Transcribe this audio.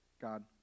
god